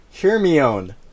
Hermione